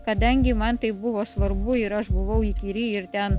kadangi man tai buvo svarbu ir aš buvau įkyri ir ten